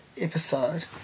episode